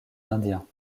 indiens